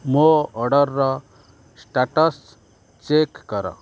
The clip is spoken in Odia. ମୋ ଅର୍ଡ଼ର୍ର ଷ୍ଟାଟସ୍ ଚେକ୍ କର